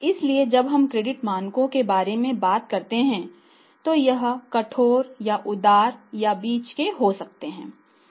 इसलिए जब हम क्रेडिट मानकों के बारे में बात करते हैं तो यह कठोर या उदार या बीच में हो सकता है